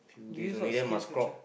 you use what SkillSFuture